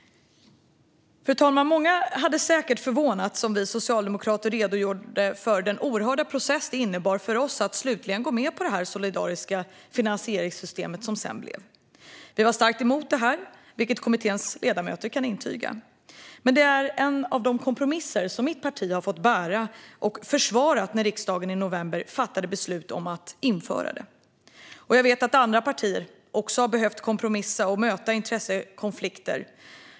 Fru talman! Många hade säkert förvånats om vi socialdemokrater redogjort för den oerhörda process det innebar för oss att slutligen gå med på det solidariska finansieringssystem som sedan blev. Vi var starkt emot det här, vilket kommitténs ledamöter kan intyga. Men det är en av de kompromisser som mitt parti har fått bära och som vi försvarade när riksdagen i november fattade beslut om att införa det, och jag vet att även andra partier har behövt kompromissa och möta intressekonflikter.